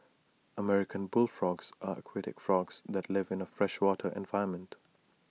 American bullfrogs are aquatic frogs that live in A freshwater environment